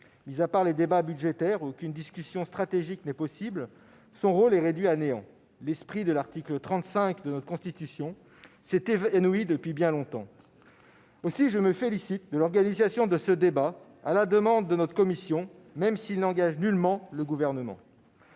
Mis à part les débats budgétaires, n'autorisant aucune discussion stratégique, son rôle est réduit à néant. L'esprit de l'article 35 de notre Constitution s'est évanoui depuis bien longtemps ! Aussi, je me félicite de l'organisation de ce débat à la demande de notre commission, même si celui-ci n'engage nullement le Gouvernement.